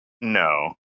No